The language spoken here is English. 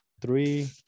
three